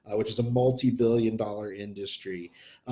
which is a multi billion dollar industry,